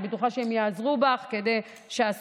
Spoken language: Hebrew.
אני בטוחה שהם ייעזרו בך כדי שהסוגיות